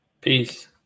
peace